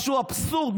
זה אבסורד.